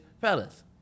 fellas